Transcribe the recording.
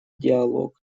диалог